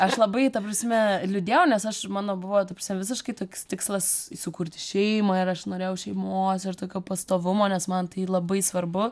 aš labai ta prasme liūdėjau nes aš mano buvo visiškai toks tikslas sukurti šeimą ir aš norėjau šeimos ir tokio pastovumo nes man tai labai svarbu